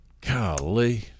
golly